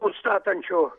tų statančių